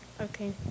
Okay